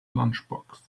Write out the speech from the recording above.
lunchbox